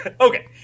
Okay